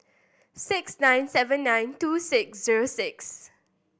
six nine seven nine two six zero six